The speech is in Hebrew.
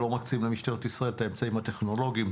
שלא מוציאים למשטרת ישראל את האמצעים הטכנולוגיים,